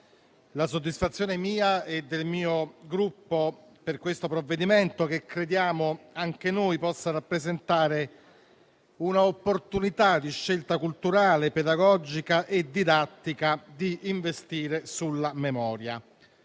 la soddisfazione, mia e del mio Gruppo, per questo provvedimento che crediamo anche noi possa rappresentare una opportunità di scelta culturale, pedagogica e didattica di investire sulla memoria;